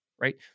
right